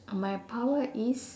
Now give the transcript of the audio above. my power is